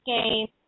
Game